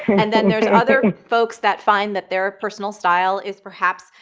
and then there's other folks that find that their personal style is perhaps,